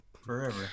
forever